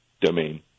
domain